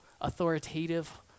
authoritative